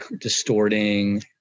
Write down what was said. distorting